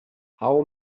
how